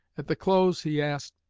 at the close he asked,